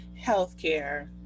Healthcare